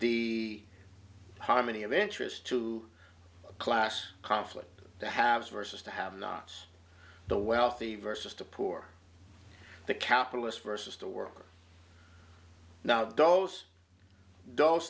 the harmony of interest to class conflict the haves versus to have nots the wealthy versus the poor the capitalist versus the worker now those